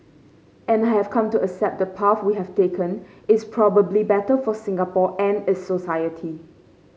and I have come to accept the path we have taken is probably better for Singapore and its society